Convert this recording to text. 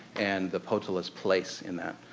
and the potala's place in that.